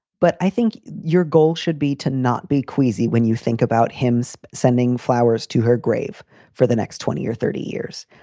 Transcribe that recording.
but i think your goal should be to not be queasy when you think about him so sending flowers to her grave for the next twenty or thirty years.